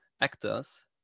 actors